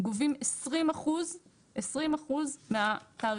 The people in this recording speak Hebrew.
גובים 20% מהתעריפים.